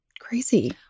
crazy